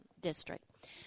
district